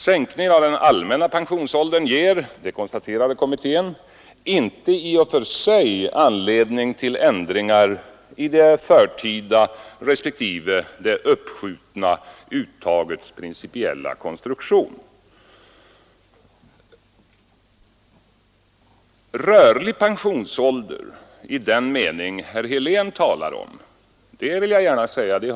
Sänkningen av den allmänna pensionsåldern ger — konstaterade kommittén — inte i och för sig anledning till ändringar i det förtida respektive uppskjutna uttagets principiella konstruktion. Herr Helén talade om rörlig pensionsålder.